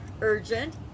Urgent